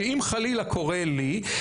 שאם חלילה קורה לי,